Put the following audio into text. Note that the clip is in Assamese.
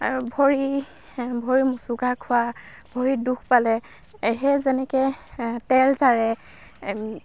আৰু ভৰি ভৰি মোচোকা খোৱা ভৰিত দুখ পালে সেই যেনেকৈ তেল জাৰে